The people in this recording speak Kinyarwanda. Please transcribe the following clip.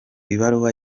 ibaruwa